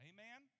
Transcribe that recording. Amen